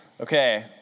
okay